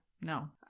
no